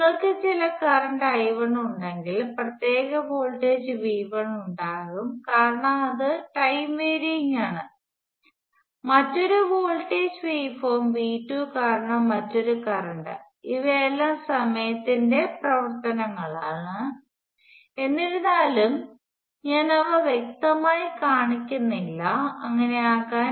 നിങ്ങൾക്ക് ചില current I1 ഉണ്ടെങ്കിൽ പ്രത്യേക വോൾട്ടേജ് V1 ഉണ്ടാകും കാരണം അത് ടൈം വേരിയിങ് ആണ് മറ്റൊരു വോൾട്ടേജ് വേവ്ഫോം V2 കാരണം മറ്റൊരു കറന്റ് ഇവയെല്ലാം സമയത്തിന്റെ പ്രവർത്തനങ്ങളാണ് എന്നിരുന്നാലും ഞാൻ അവ വ്യക്തമായി കാണിക്കുന്നില്ല അങ്ങനെ ആകാൻ